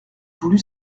voulu